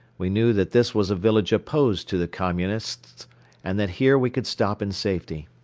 we knew that this was a village opposed to the communists and that here we could stop in safety.